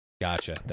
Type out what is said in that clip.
Gotcha